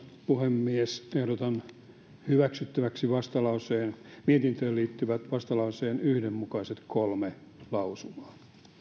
puhemies ehdotan hyväksyttäväksi mietintöön liittyvät vastalauseen yksi mukaiset kolme lausumaa